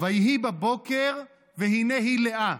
"ויהי בבקר והנה היא לאה".